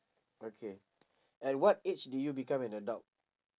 okay at what age did you become an adult